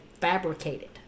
fabricated